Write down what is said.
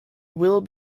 will